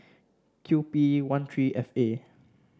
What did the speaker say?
Q P one three F A